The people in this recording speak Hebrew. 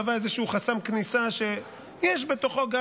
מהווה איזשהו חסם כניסה שיש בתוכו גם